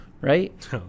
right